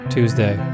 Tuesday